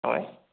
হয়